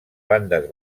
bandes